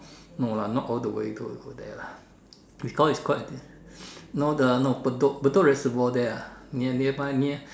no lah not all the way go there lah because it's quite no the no Bedok Bedok reservoir there ah near nearby near